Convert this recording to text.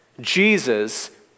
Jesus